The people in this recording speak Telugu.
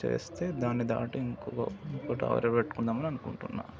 చేస్తే దాన్ని దాటి ఇంకో ఇంకో టార్గెట్ పెట్టుకుందామని అనుకుంటున్నాను